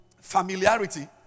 familiarity